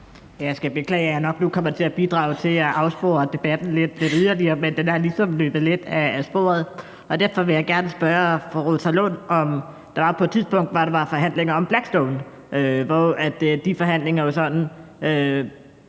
Jeg skal beklage, at jeg nok nu kommer til at bidrage til at afspore debatten lidt yderligere. Men den er ligesom løbet lidt af sporet. Der var et tidspunkt, hvor der var forhandlinger om Blackstone. De forhandlinger stoppede